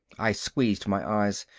i squeezed my eyes.